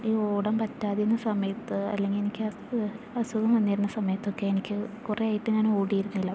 ഈ ഓടാൻ പറ്റാതിരുന്ന സമയത്ത് അല്ലെങ്കിൽ എനിക്ക് അസുഖം വന്നിരുന്ന സമയത്തൊക്കെ എനിക്ക് കുറേ ആയിട്ട് ഞാൻ ഓടിയിരുന്നില്ല